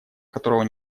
которого